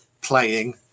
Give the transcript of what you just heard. playing